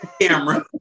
camera